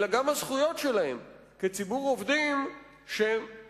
אלא גם הזכויות שלהם כציבור עובדים שנמצא